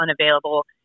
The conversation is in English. unavailable